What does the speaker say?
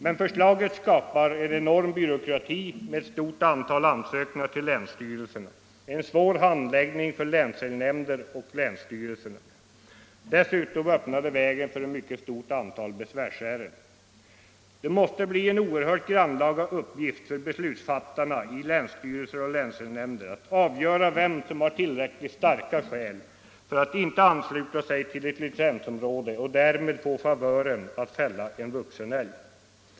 Men förslaget skapar en enorm byråkrati med ett mycket stort antal ansökningar till länsstyrelserna, en svår handläggning för länsälgnämnder och länsstyrelserna. Dessutom öppnar det vägen för ett mycket stort antal besvärsärenden. Det måste bli en oerhört grannlaga uppgift för beslutsfattarna i länsstyrelser och länsälgnämnder att avgöra vem som har tillräckligt starka skäl för att inte ansluta sig till ett licensområde och därmed få favören att fälla en vuxen älg.